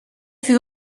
fut